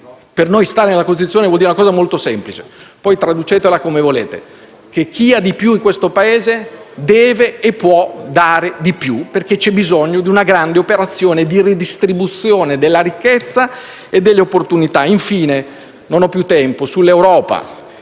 Per noi stare nella Costituzione vuol dire una cosa molto semplice (poi, traducetela come volete): chi ha di più in questo Paese deve e può dare di più, perché c'è bisogno di una grande operazione di ridistribuzione della ricchezza e delle opportunità. Infine, sull'Europa